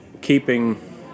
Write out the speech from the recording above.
keeping